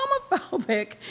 homophobic